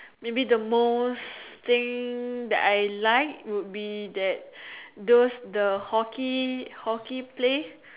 maybe the most thing that I like would be that those the hockey hockey place